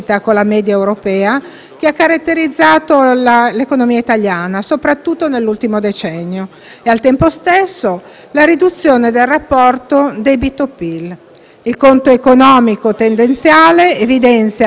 che ha caratterizzato l'economia italiana, soprattutto nell'ultimo decennio e, al tempo stesso, la riduzione del rapporto debito/PIL. Il conto economico tendenziale evidenzia per il 2019